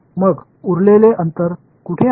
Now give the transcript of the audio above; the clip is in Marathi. मग उरलेले अंतर कुठे आहे